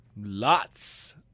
lots